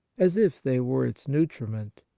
as if they were its nutriment.